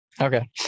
Okay